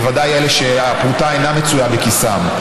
בוודאי אלה שהפרוטה אינה מצויה בכיסם,